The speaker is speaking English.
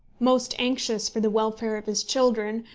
most anxious for the welfare of his children,